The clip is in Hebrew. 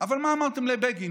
אבל מה אמרתם על בגין?